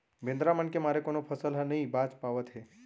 बेंदरा मन के मारे कोनो फसल ह नइ बाच पावत हे